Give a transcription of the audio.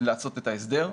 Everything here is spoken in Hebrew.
לעשות את ההסדר.